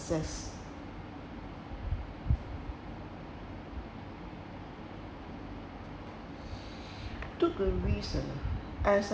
success took a risk uh as I